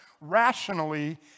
rationally